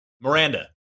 Miranda